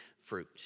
fruit